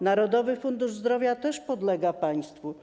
Narodowy Fundusz Zdrowia też podlega państwu.